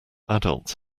adults